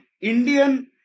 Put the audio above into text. Indian